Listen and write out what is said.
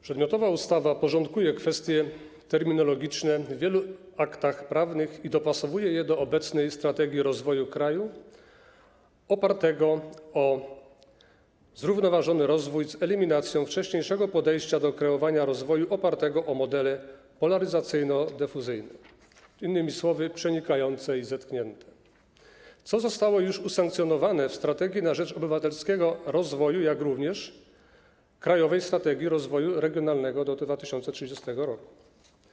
Przedmiotowa ustawa porządkuje kwestie terminologiczne w wielu aktach prawnych i dopasowuje je do obecnej strategii rozwoju kraju opartego na zrównoważonym rozwoju, z eliminacją wcześniejszego podejścia do kreowania rozwoju opartego na modelach polaryzacyjno-dyfuzyjnych, innymi słowy, przenikających i zetkniętych, co zostało już usankcjonowane w „Strategii na rzecz odpowiedzialnego rozwoju”, jak również w „Krajowej strategii rozwoju regionalnego 2030.